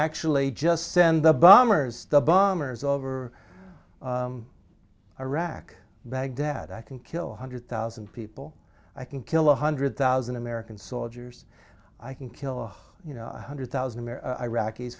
actually just send the bombers the bombers over iraq baghdad i can kill a hundred thousand people i can kill a hundred thousand american soldiers i can kill you know hundred thousand iraqis